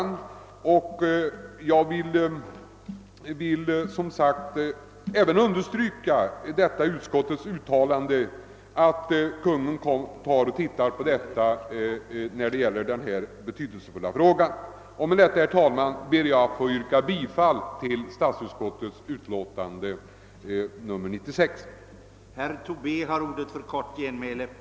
Jag vill även understryka utskottets uttalande att Kungl. Maj:t bör ta upp denna betydelsefulla fråga. Med det anförda, herr talman, ber jag att få yrka bifall till statsutskottets hemställan i dess utlåtande nr 96.